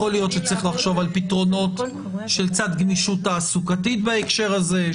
יכול להיות שצריך לחשוב על פתרונות של קצת גמישות תעסוקתית בהקשר הזה.